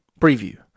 preview